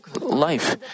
life